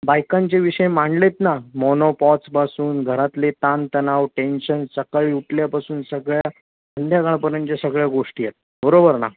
बायकांचे विषय मांडले आहेत ना मोनोपॉजपासून घरातले ताणतणाव टेन्शन सकाळी उठल्यापासून सगळ्या संध्याकाळपर्यंतच्या सगळ्या गोष्टी आहेत बरोबर ना